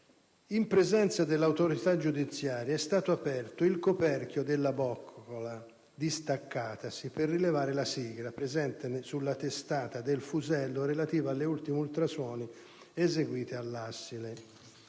In presenza dell'autorità giudiziaria è stato aperto il coperchio della boccola distaccatasi per rilevare la sigla, presente sulla testata del fusello, relativa agli ultimi ultrasuoni eseguiti all'assile.